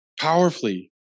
powerfully